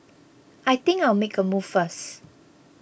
I think I'll make a move first